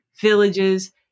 villages